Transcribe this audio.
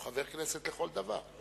הוא חבר כנסת לכל דבר.